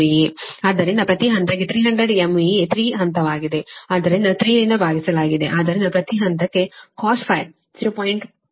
ಆದ್ದರಿಂದ ಪ್ರತಿ ಹಂತಕ್ಕೆ 300 MVA 3 ಹಂತವಾಗಿದೆ ಆದ್ದರಿಂದ 3 ರಿಂದ ಭಾಗಿಸಲಾಗಿದೆ ಆದ್ದರಿಂದ ಪ್ರತಿ ಹಂತಕ್ಕೆ cos φ 0